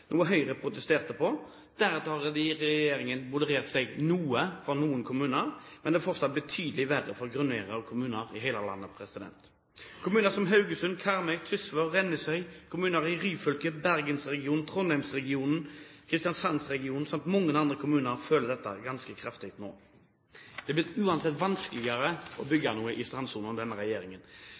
noe Høyre protesterte på. Deretter har regjeringen moderert seg noe for noen kommuner, men det er fortsatt betydelig verre for grunneiere og kommuner i hele landet. Kommuner som Haugesund, Karmøy, Tysvær, Rennesøy, kommuner i Ryfylke, Bergensregionen, Trondheimsregionen, Kristiansandregionen samt mange andre kommuner føler dette ganske kraftig nå. Det er uansett blitt vanskeligere å bygge noe i strandsonen under denne regjeringen.